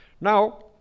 Now